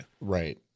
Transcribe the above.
right